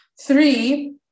Three